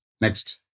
Next